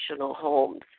homes